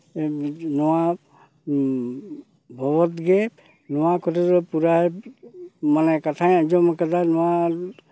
ᱩᱱᱤ ᱱᱚᱣᱟ ᱵᱷᱚᱜᱚᱛ ᱜᱮ ᱱᱚᱣᱟ ᱠᱚᱨᱮᱫᱚ ᱯᱩᱨᱟᱹ ᱢᱟᱱᱮ ᱠᱟᱛᱷᱟᱧ ᱟᱸᱡᱚᱢ ᱟᱠᱟᱫᱟ ᱱᱚᱣᱟ